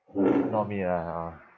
not me lah hor